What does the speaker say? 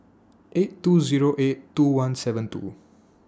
eight two Zero eight two one seven two